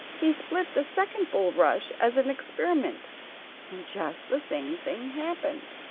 he split the second bulrush as an experiment and just the same thing happened.